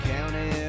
County